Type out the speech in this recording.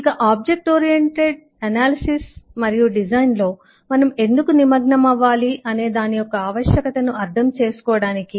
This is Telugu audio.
ఇక ఆబ్జెక్ట్ ఓరియెంటెడ్ విశ్లేషణ మరియు రూపకల్పనలో మనం ఎందుకు నిమగ్నమవ్వాలి అనేదాని యొక్క ఆవశ్యకతను అర్థం చేసుకోవటానికి